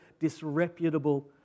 disreputable